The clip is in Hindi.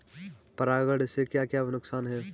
परागण से क्या क्या नुकसान हैं?